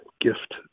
gift